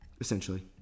Essentially